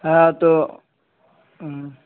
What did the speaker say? ہاں تو ہوں